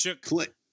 click